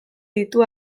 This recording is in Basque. ditu